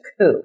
coup